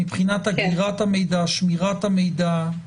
מבחינת אגירת המידע, שמירת המידע.